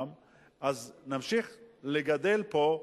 ואז נמשיך לגדל פה,